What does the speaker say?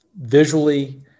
visually